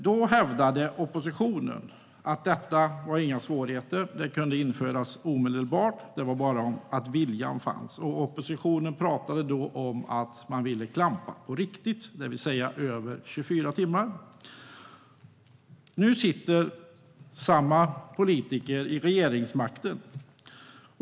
Då hävdade oppositionen att det inte var några svårigheter. Det kunde införas omedelbart om bara viljan fanns. Oppositionen pratade då om att man ville klampa på riktigt, det vill säga längre än 24 timmar. Nu sitter samma politiker vid regeringsmakten.